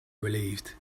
relieved